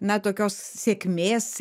na tokios sėkmės